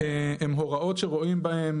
הן הוראות שרואים בהן